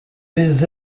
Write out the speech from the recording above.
des